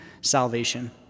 salvation